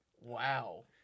Wow